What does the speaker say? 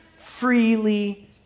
freely